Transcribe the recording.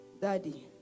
Daddy